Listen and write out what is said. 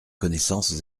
connaissances